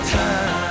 time